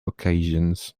occasions